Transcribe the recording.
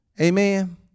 Amen